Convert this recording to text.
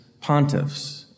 pontiffs